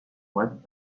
web